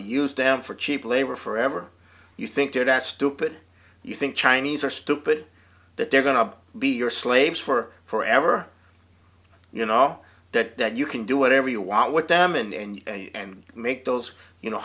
used them for cheap labor forever you think they are that stupid you think chinese are stupid that they are going to be your slaves for forever you know that you can do whatever you want with them in and make those you know